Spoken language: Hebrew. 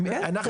כן.